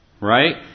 right